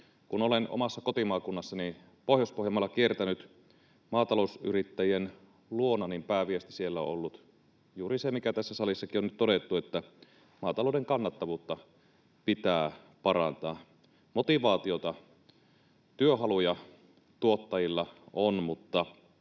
Kun olen omassa kotimaakunnassani Pohjois-Pohjanmaalla kiertänyt maatalousyrittäjien luona, pääviesti siellä on ollut juuri se, mikä tässä salissakin on nyt todettu, että maatalouden kannattavuutta pitää parantaa. Motivaatiota, työhaluja, tuottajilla on, mutta